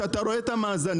שאתה רואה את המאזנים,